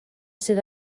sydd